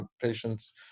patients